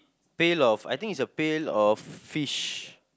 pail of I think is a pail of fish